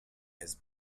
his